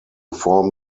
form